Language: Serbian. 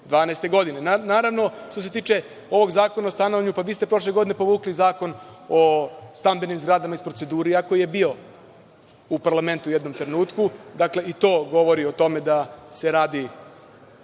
2012. godine. Naravno, što se tiče ovog Zakona o stanovanju, pa vi ste prošle godine povukli Zakon o stambenim zgradama iz procedure, iako je bio u parlamentu u jednom trenutku. Dakle, i to govori o tome da se radi